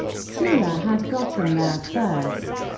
sulla had gotten there first.